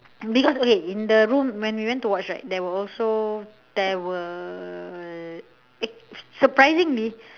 because okay in the room when we went to watch right there were also there were eh surprisingly